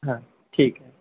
हां ठीक आहे